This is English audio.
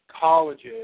colleges